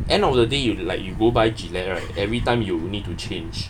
end of the day you like you go buy Gillette right every time you need to change